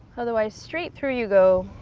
otherwise, straight through you go.